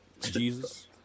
Jesus